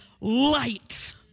light